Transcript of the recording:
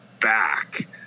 back